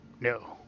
No